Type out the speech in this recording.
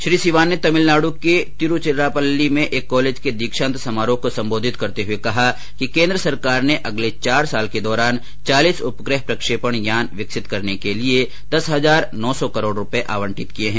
श्री सिवान ने तमिलनाड् के तिरुचिरापल्ली में एक कॉलेज के दीक्षांत समारोह को संबोधित करते हए कहा कि केंद्र सरकार ने अगले चार साल के दौरान चालीस उपग्रह प्रक्षेपण यान विकसित करने के लिए दस हजार नौ सौ करोड़ रुपये आवंटित किए हैं